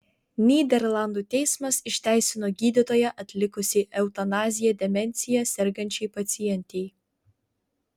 nyderlandų teismas išteisino gydytoją atlikusį eutanaziją demencija sergančiai pacientei